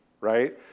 right